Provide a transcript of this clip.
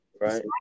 right